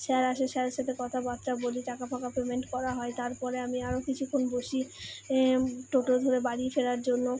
sir আসে স্যারের সাথে কথাবাত্রা বলি টাকা ফাকা পেমেন্ট করা হয় তারপরে আমি আরও কিছুক্ষণ বসি টোটো ধরে বাড়ি ফেরার জন্য